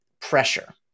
pressure